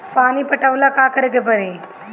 पानी पटावेला का करे के परी?